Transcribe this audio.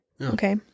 Okay